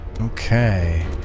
Okay